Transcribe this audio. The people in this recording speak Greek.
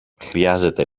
χρειάζεται